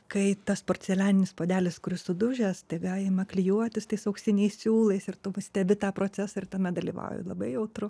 kai tas porcelianinis puodelis kuris sudužęs tave ima klijuotis tais auksiniais siūlais ir tu pastebi tą procesą ir tame dalyvauji labai jautru